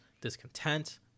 discontent